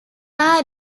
are